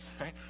right